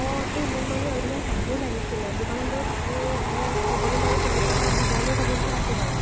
অ এই মোক মানে অলপমান কাপোৰ লাগিছিলে দোকানত বাৰু কাপোৰ মানে হ'বনে বাৰু কেনেকুৱা ডিজাইনৰ কাপোৰবিলাক আছে বাৰু